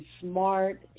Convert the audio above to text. smart